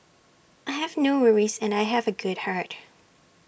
I have no worries and I have A good heart